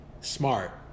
Smart